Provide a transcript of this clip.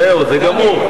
זהו, זה גמור.